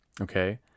Okay